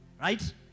Right